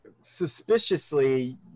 suspiciously